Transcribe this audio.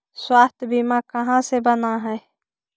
स्वास्थ्य बीमा कहा से बना है?